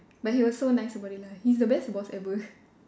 but he was so nice about it lah he's the best boss ever